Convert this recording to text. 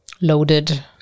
loaded